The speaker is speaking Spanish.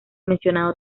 mencionado